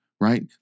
right